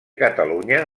catalunya